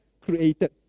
created